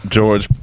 George